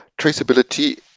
Traceability